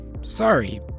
sorry